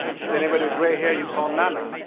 just anybody with gray hair, you call nana.